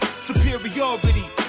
Superiority